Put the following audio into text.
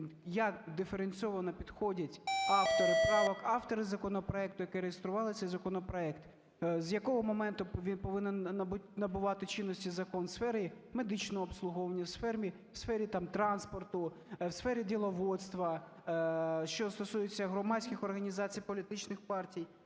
як диференційовано підходять автори правок, автори законопроекту, які реєстрували цей законопроект? З якого моменту повинен набувати чинності закон в сфері медичного обслуговування, в сфері, там, транспорту, в сфері діловодства, що стосується громадських організацій, політичних партій?